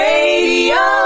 Radio